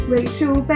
Rachel